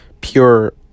pure